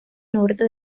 norte